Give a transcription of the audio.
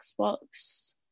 Xbox